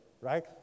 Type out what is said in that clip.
right